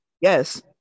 Yes